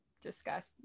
discuss